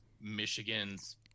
michigan's